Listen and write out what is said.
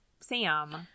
Sam